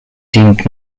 deemed